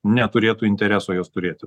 neturėtų intereso jos turėti